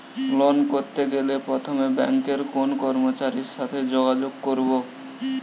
Loan করতে গেলে প্রথমে ব্যাঙ্কের কোন কর্মচারীর সাথে যোগাযোগ করব?